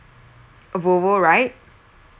a volvo right